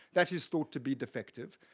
that is thought to be defective.